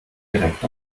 direkt